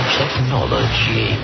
technology